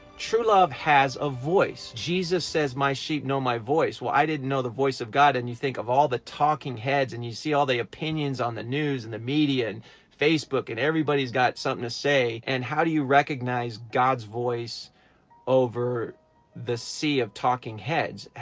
true love has a voice. jesus says my sheep know my voice. well i didn't know the voice of god and you think of all the talking heads and you see all the opinions on the news and the media and facebook and everybody's got something to say and how do you recognize god's voice over the sea of talking heads?